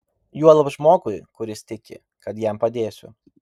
juolab žmogui kuris tiki kad jam padėsiu